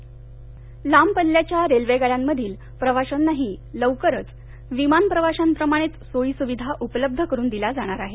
railway सुविधा लांब पल्ल्याच्या रेल्वे गाड्यामधील प्रवाशांनाही लवकरच विमान प्रवाश्याप्रमाणे सोयी सुविधा उपलब्ध करून दिल्या जाणार आहेत